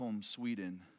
Sweden